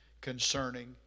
concerning